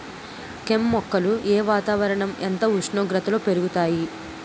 కెమ్ మొక్కలు ఏ వాతావరణం ఎంత ఉష్ణోగ్రతలో పెరుగుతాయి?